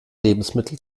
lebensmittel